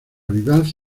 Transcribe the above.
vivaz